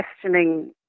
questioning